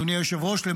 אדוני היושב-ראש,